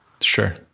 sure